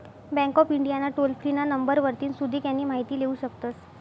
bank of India ना toll free ना number वरतीन सुदीक यानी माहिती लेवू शकतस